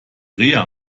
reha